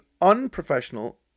unprofessional